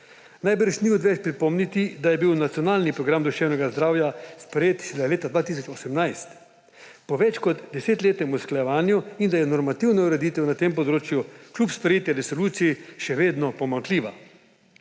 Namreč, ni odveč pripomniti, da je bil Nacionalni program duševnega zdravja sprejet šele leta 2018 po več kot desetletnem usklajevanju in da je normativna ureditev na tem področju kljub sprejeti resoluciji še vedno pomanjkljiva.